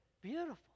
beautiful